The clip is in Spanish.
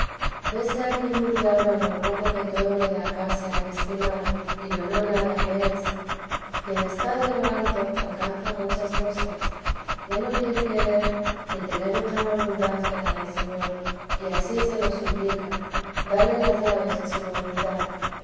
vese aquí muy claro en lo poco que todo lo de acá se ha de estimar y lo no nada que es quien está de lo alto alcanza muchas cosas ya no quiere querer ni tener otra voluntad que la del señor y ansí se lo suplica dale las llaves de su voluntad